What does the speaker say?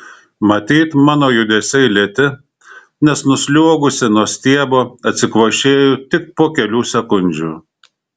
matyt mano judesiai lėti nes nusliuogusi nuo stiebo atsikvošėju tik po kelių sekundžių